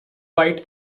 white